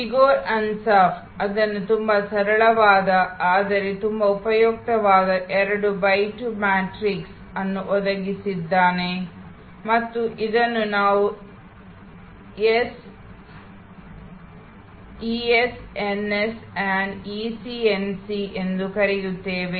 Igor Ansoff ಇದನ್ನು ತುಂಬಾ ಸರಳವಾದ ಆದರೆ ತುಂಬಾ ಉಪಯುಕ್ತವಾದ 2 ಬೈ 2 ಮ್ಯಾಟ್ರಿಕ್ಸ್ ಅನ್ನು ಒದಗಿಸಿದ್ದಾನೆ ಮತ್ತು ಇದನ್ನು ನಾವು ಇಎಸ್ ಎನ್ಎಸ್ ಮತ್ತು EC NC ES NS and EC NC ಎಂದು ಕರೆಯುತ್ತೇವೆ